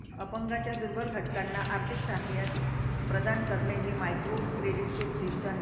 अपंगांच्या दुर्बल घटकांना आर्थिक सहाय्य प्रदान करणे हे मायक्रोक्रेडिटचे उद्दिष्ट आहे